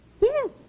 Yes